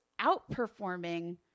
outperforming